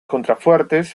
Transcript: contrafuertes